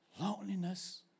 loneliness